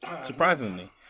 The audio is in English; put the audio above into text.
Surprisingly